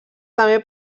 també